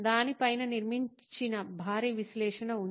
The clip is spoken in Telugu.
దాని పైన నిర్మించిన భారీ విశ్లేషణ ఉంది